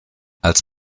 als